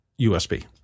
USB